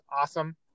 awesome